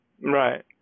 Right